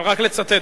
רק לצטט,